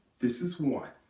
this is one,